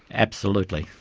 absolutely,